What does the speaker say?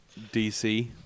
DC